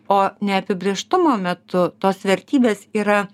o neapibrėžtumo metu tos vertybės yra